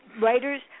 writers